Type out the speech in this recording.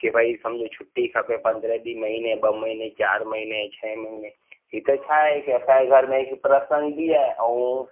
कि भाई समझो छुट्टी खपे पंद्रहें ॾींहुं महिने ॿ महिने चारि महिने छहें महिने ही त छाहे के असांजे घरु में हिकु प्रसंग बि आहे आऊं